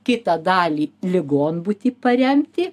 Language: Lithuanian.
kitą dalį ligonbūtį paremti